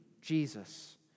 Jesus